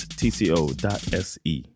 tco.se